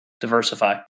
diversify